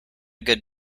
good